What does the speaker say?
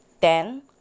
Ten